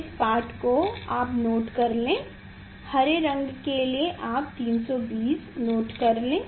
इस पाठ को आप नोट कर लें हरे रंग के लिए आप 320 नोट करें